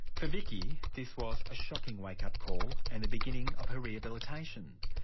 for vickie, this was a shocking wake-up call and the beginning of her rehabilitation.